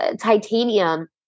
titanium